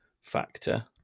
factor